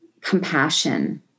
compassion